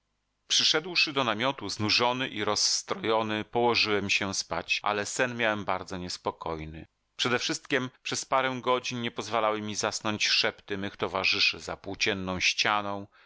chciej przyszedłszy do namiotu znużony i rozstrojony położyłem się spać ale sen miałem bardzo niespokojny przedewszystkiem przez parę godzin nie pozwalały mi zasnąć szepty mych towarzyszy za płócienną ścianą